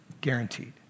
Guaranteed